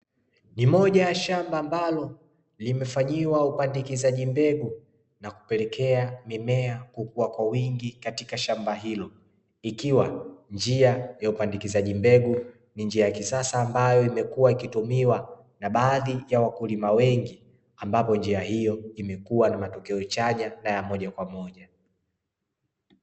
Ni moja ya shamba ambalo limefanyiwa upandikizaji mbegu na kupelekea mimea kukuwa kwa wingi katika shamba hilo, ikiwa njia ya upandikizaji mbegu ni njia ya kisasa ambayo imekuwa ikitumiwa na baadhi ya wakulima wengi ambapo njia hiyo imekuwa na matokeo chanya na ya moja kwa moja.